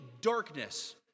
darkness